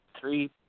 three